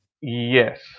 Yes